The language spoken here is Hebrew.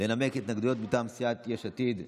לנמק התנגדויות מטעם סיעת יש עתיד,